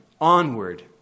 onward